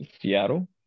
Seattle